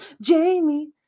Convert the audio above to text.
Jamie